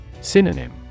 Synonym